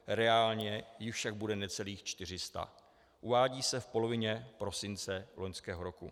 Reálně jich však bude necelých 400, uvádí se v polovině prosince loňského roku.